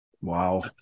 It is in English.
Wow